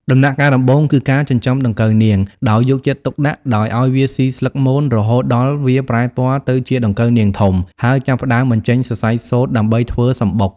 ដំណាក់កាលដំបូង គឺការចិញ្ចឹមដង្កូវនាងដោយយកចិត្តទុកដាក់ ដោយឱ្យវាស៊ីស្លឹកមន រហូតដល់វាប្រែក្លាយទៅជាដង្កូវនាងធំ ហើយចាប់ផ្តើមបញ្ចេញសរសៃសូត្រដើម្បីធ្វើសម្បុក។